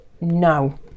No